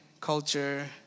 culture